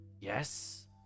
yes